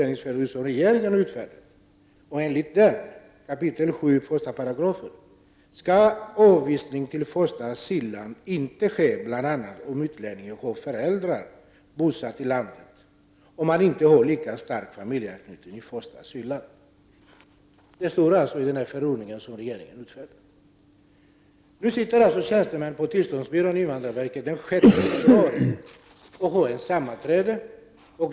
Enligt 7 kap. 1§ i den förordning som regeringen har utfärdat skall avvisning till första asylland inte ske bl.a. om utlänningen har förälder bosatt i landet och han inte har lika stark familjeanknytning till första asylland. Den 6 februari hade tjänstemän på invandrarverkets tillståndsbyrå sammanträde.